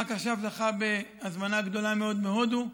רק עכשיו זכה בהזמנה גדולה מאוד מהודו,